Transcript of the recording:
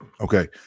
Okay